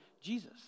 Jesus